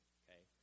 okay